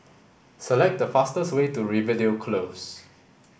select the fastest way to Rivervale Close